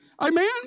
Amen